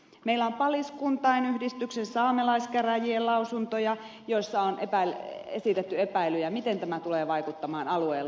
meillä on paliskuntain yhdistyksen saamelaiskäräjien lausuntoja joissa on esitetty epäilyjä miten tämä tulee vaikuttamaan alueen luontoon